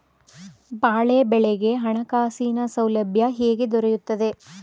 ಬಾಳೆ ಬೆಳೆಗೆ ಹಣಕಾಸಿನ ಸೌಲಭ್ಯ ಹೇಗೆ ದೊರೆಯುತ್ತದೆ?